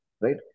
right